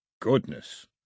goodness